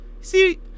See